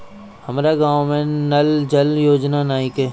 हमारा गाँव मे नल जल योजना नइखे?